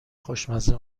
خوشمزه